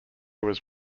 was